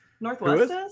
Northwest